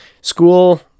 school